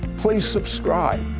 please subscribe.